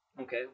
Okay